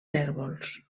cérvols